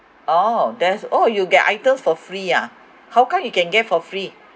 orh there's orh you get items for free ya how come you can get for free